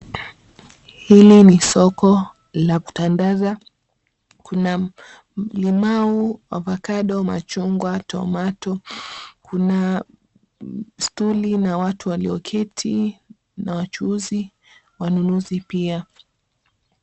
Hili ni soko la kutandaza. Kuna limau, avocado, machungwa, tomato , kuna stuli, na watu walioketi na wachuuzi na wanunuzi pia.